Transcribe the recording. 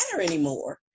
anymore